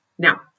Now